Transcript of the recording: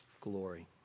glory